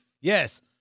Yes